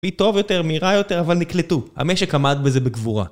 היא טוב יותר, מהירה יותר, אבל נקלטו, המשק עמד בזה בגבורה